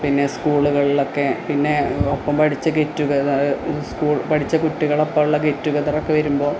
പിന്നെ സ്കൂളുകളിലൊക്കെ പിന്നെ ഒപ്പം പഠിച്ച ഗെറ്റുഗതര് സ്കൂള് പഠിച്ച കുട്ടികളൊക്കെയുള്ള ഗെറ്റുഗതറൊക്കെ വരുമ്പോള്